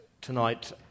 tonight